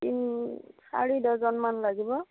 তিনি চাৰি ডজন মান লাগিব